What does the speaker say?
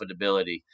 profitability